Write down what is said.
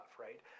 right